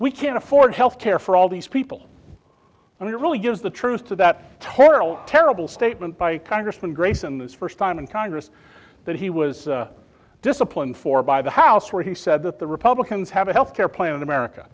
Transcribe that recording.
we can't afford health care for all these people and it really gives the truth to that terrible terrible statement by congressman grayson this first time in congress that he was disciplined for by the house where he said that the republicans have a health care plan in america